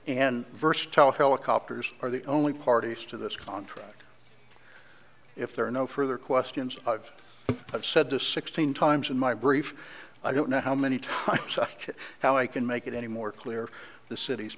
and verse tell helicopters are the only parties to this contract if there are no further questions i've said to sixteen times in my brief i don't know how many times how i can make it any more clear of the city's